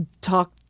talk